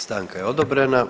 Stanka je odobrena.